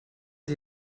sie